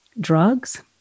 drugs